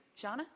Shauna